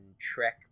trek